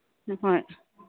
ꯎꯝ ꯍꯣꯏ